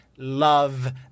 love